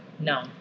No